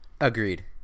Agreed